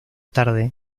tarde